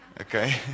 Okay